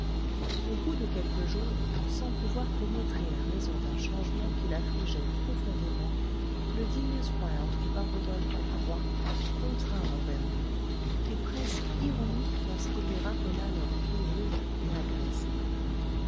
au bout de quelques jours sans pouvoir pénétrer la raison d'un changement qui l'affligeait profondément le digne squire trouva rodolphe froid contraint envers lui et presque ironique lorsqu'il lui rappela leur vie rude et agreste